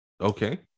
okay